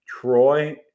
Troy